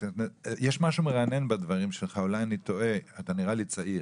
יש משהו מרענן בדברים שלך אולי אני טועה אתה נראה לי צעיר.